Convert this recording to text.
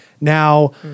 Now